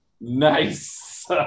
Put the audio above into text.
Nice